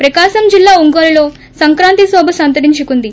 ప్రకాశం జిల్లా ఒంగోలులో సంక్రాంతి శోభ సంతరించుకుంది